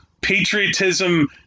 patriotism